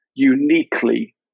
uniquely